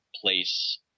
place